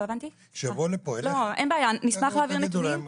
לא, אין בעיה, נשמח להעביר נתונים.